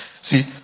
See